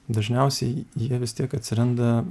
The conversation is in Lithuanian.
dažniausiai jie vis tiek atsiranda